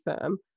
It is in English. firm